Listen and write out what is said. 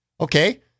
Okay